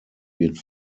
wird